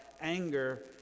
anger